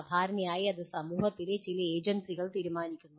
സാധാരണയായി അത് സമൂഹത്തിലെ ചില ഏജൻസികൾ തീരുമാനിക്കുന്നു